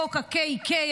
חוק ה-KK,